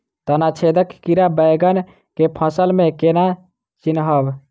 तना छेदक कीड़ा बैंगन केँ फसल म केना चिनहब?